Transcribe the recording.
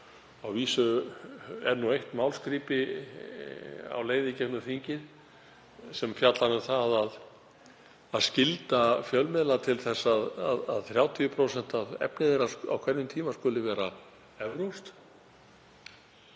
Að vísu er nú eitt málskrípi á leið í gegnum þingið sem fjallar um það að skylda fjölmiðla til að 30% af efni þeirra á hverjum tíma skuli vera evrópskt.